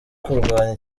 kurwanya